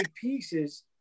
pieces